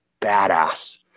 badass